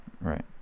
Right